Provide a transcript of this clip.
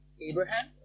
Abraham